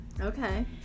Okay